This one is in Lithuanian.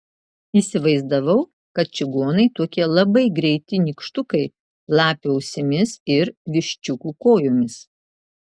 įsivaizdavau kad čigonai tokie labai greiti nykštukai lapių ausimis ir viščiukų kojomis